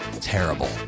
terrible